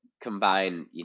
combine